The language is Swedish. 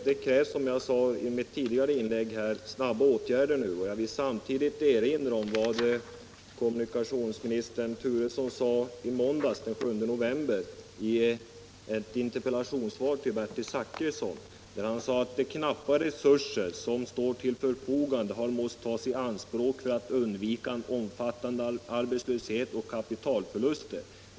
Herr talman! Som jag sade i mitt tidigare inlägg krävs det här snabba åtgärder. Jag vill samtidigt erinra om vad kommunikationsminister Turesson sade i måndags, den 7 november, i ett interpellationssvar till Bertil Zachrisson: ”De knappa resurser som stått till förfogande har måst tas i anspråk för att undvika en omfattande arbetslöshet och kapitalförluster.